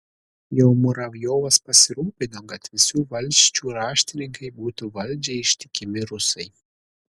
jau muravjovas pasirūpino kad visų valsčių raštininkai būtų valdžiai ištikimi rusai